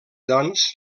doncs